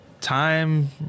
time